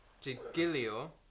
Giglio